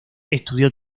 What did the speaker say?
estudió